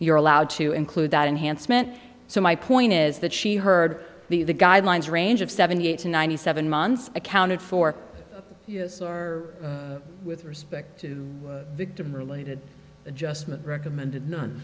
you're allowed to include that enhanced meant so my point is that she heard the the guidelines range of seventy eight to ninety seven months accounted for or with respect to victim related adjustment recommend